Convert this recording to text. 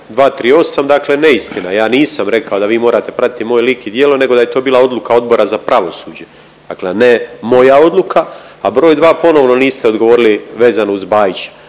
238. Dakle, neistina je. Ja nisam rekao da vi morate pratiti moj lik i djelo, nego da je to bila odluka Odbora za pravosuđa, dakle a ne moja odluka. A broj dva, ponovno niste odgovorili vezano uz Bajića.